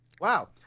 Wow